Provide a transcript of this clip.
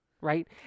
Right